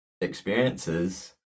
experiences